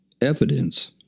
evidence